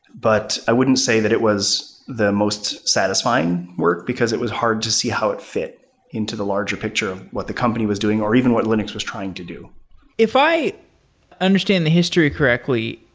but i wouldn't say that it was the most satisfying work, because it was hard to see how it fit into the larger picture of what the company was doing or even what linux was trying to do if i understand the history correctly,